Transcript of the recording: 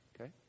Okay